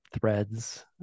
threads